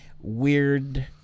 weird